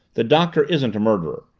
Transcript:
the doctor isn't a murderer.